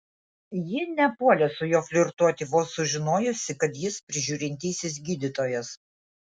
ji nepuolė su juo flirtuoti vos sužinojusi kad jis prižiūrintysis gydytojas